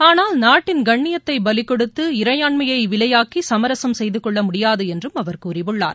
ஆனால் நாட்டின் கண்ணியத்தை பலி கொடுத்து இறையாண்மையைவிலையாக்கிசமரசம் செய்தகொள்ளமுடியாதுஎன்றும் அவர் கூறியுள்ளார்